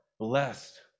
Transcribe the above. blessed